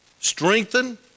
strengthen